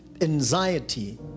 anxiety